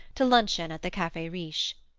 to luncheon at the cafe riche.